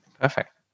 Perfect